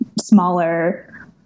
smaller